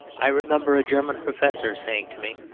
i remember a german professor saying to me,